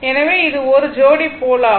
எனவே இது 1 ஜோடி போல் ஆகும்